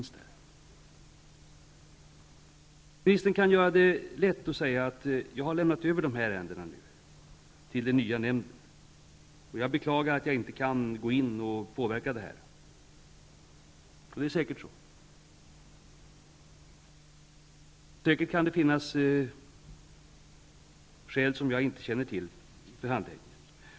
Ministern kan göra det lätt för sig och säga att hon har lämnat över dessa ärenden till den nya nämnden och att hon beklagar att hon inte kan påverka det här. Det är säkert så. Det kan säkert finnas skäl för handläggningen som jag inte känner till.